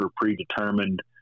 predetermined